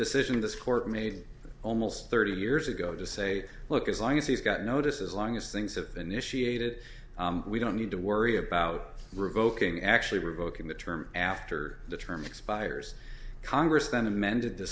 decision this court made almost thirty years ago to say look as long as he's got notice as long as things have initiated we don't need to worry about revoking actually revoking the term after the term expires congress then amended the